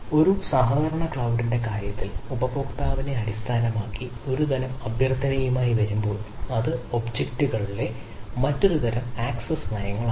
ഒരു സഹകരണ ക്ലൌഡിന്റെ കാര്യത്തിൽ ഉപഭോക്താവിനെ അടിസ്ഥാനമാക്കി ഒരുതരം അഭ്യർത്ഥനയുമായി വരുമ്പോൾ അത് ഒബ്ജക്റ്റുകളിലെ മറ്റൊരു തരം ആക്സസ്സ് നയങ്ങളാണ്